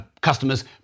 customers